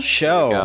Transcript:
show